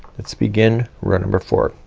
let's begin row number four.